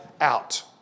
out